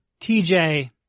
TJ